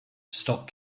stop